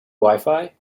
wifi